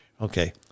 Okay